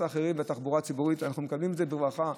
האחרים בתחבורה הציבורית ומעריכים ומקבלים את זה בברכה.